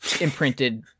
imprinted